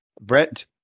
brett